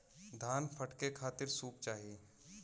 धान फटके खातिर सूप चाही